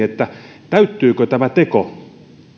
että täyttyykö tämä teko